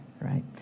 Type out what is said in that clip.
right